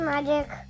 Magic